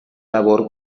labor